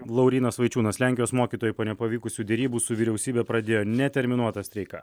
laurynas vaičiūnas lenkijos mokytojai po nepavykusių derybų su vyriausybe pradėjo neterminuotą streiką